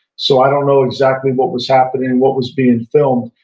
so i don't know exactly what was happening, what was being filmed,